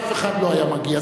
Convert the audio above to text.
אף אחד לא היה מגיע.